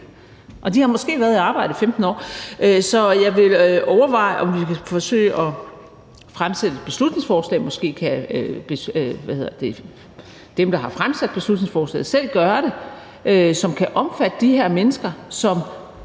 og de har måske været i arbejde i 15 år. Så jeg vil overveje, om vi kan forsøge at fremsætte et beslutningsforslag – måske kan de, der har fremsat beslutningsforslaget, selv gøre det – som kan omfatte de her mennesker, som